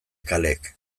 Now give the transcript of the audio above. kaleek